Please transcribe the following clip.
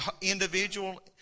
individual